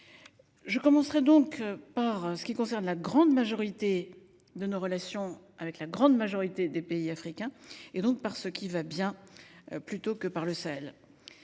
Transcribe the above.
Je commencerai par ce qui concerne nos relations avec la grande majorité des pays africains, donc par ce qui va bien, plutôt que par le Sahel.